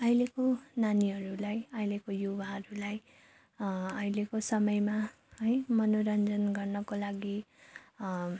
अहिलेको नानीहरूलाई अहिलेको युवाहरूलाई अहिलेको समयमा है मनोरन्जन गर्नको लागि